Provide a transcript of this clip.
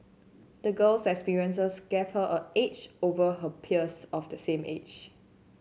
the girl's experiences gave her an edge over her peers of the same age